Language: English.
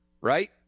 right